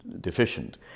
deficient